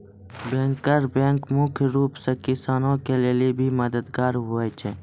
banker bank मुख्य रूप से किसान के लेली भी मददगार हुवै छै